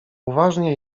uważnie